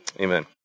amen